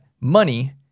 money